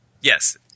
Yes